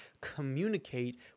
communicate